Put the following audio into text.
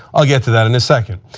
ah get to that and a second.